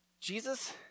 jesus